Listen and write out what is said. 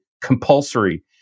compulsory